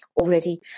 already